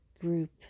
group